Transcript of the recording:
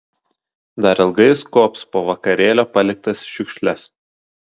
dar ilgai jis kuops po vakarėlio paliktas šiukšles